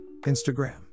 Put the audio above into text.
Instagram